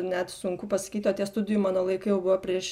net sunku pasakyt o tie studijų mano laikai jau buvo prieš